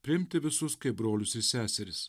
priimti visus kaip brolius ir seseris